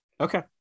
Okay